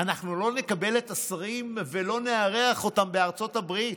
אנחנו לא נקבל את השרים ולא נארח אותם בארצות הברית.